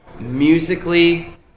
musically